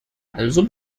also